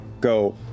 go